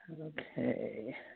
Okay